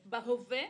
בהווה,